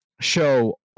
show